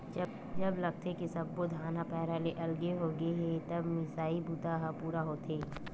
जब लागथे के सब्बो धान ह पैरा ले अलगे होगे हे तब मिसई बूता ह पूरा होथे